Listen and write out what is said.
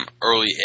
early